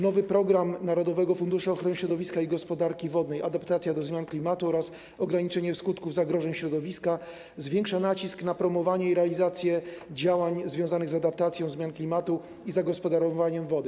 Nowy program Narodowego Funduszu Ochrony Środowiska i Gospodarki Wodnej „Adaptacja do zmian klimatu oraz ograniczanie skutków zagrożeń środowiska” zwiększa nacisk na promowanie i realizację działań związanych z adaptacją zmian klimatu i zagospodarowywaniem wody.